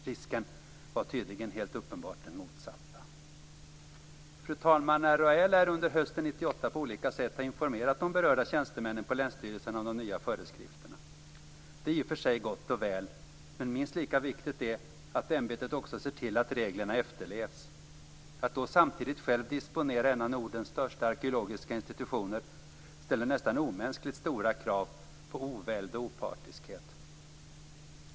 Risken var tydligen helt uppenbart den motsatta. Fru talman! Riksantikvarieämbetet lär under hösten 1998 på olika sätt ha informerat de berörda tjänstemännen på länsstyrelserna om de nya föreskrifterna. Det är i och för sig gott och väl, men minst lika viktigt är att ämbetet också ser till att reglerna efterlevs. Att då samtidigt själv disponera en av Nordens största arkeologiska institutioner ställer nästan omänskligt stora krav på oväld och opartiskhet.